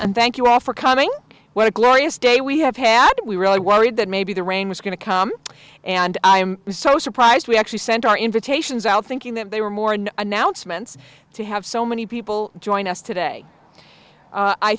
and thank you all for coming what a glorious day we have had we really worried that maybe the rain was going to come and i am so surprised we actually sent our invitations out thinking that they were more an announcements to have so many people join us today